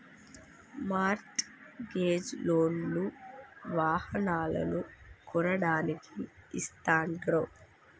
mart gauge loan లు వాహనాలను కొనడానికి ఇస్తాండ్రు